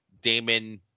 Damon